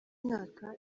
mwaka